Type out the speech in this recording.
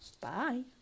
Bye